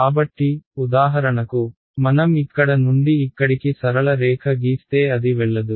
కాబట్టి ఉదాహరణకు మనం ఇక్కడ నుండి ఇక్కడికి సరళ రేఖ గీస్తే అది వెళ్లదు